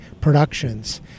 productions